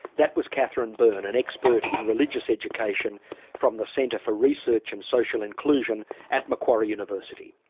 that was catherine byrne, an expert in religious education from the centre for research and social inclusion at macquarie university,